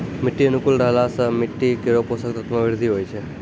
मिट्टी अनुकूल रहला सँ मिट्टी केरो पोसक तत्व म वृद्धि होय छै